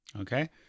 Okay